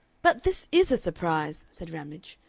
but this is a surprise! said ramage.